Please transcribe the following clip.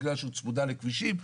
בגלל שהיא צמודה לכבישים,